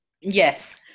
yes